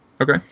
okay